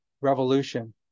Revolution